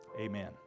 amen